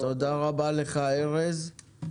תודה רבה לך, ארז.